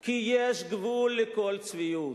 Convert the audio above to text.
כי יש גבול לכל צביעות.